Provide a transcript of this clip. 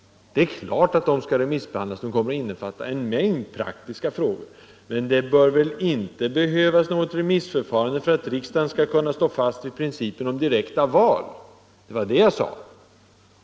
Det är klart att de skall remissbehandlas — de kommer att innefatta en mängd praktiska frågor. Men det bör väl inte behövas något remissförfarande för att riksdagen skall stå fast vid principen om direkta val. Det var vad jag sade.